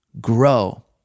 grow